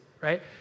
right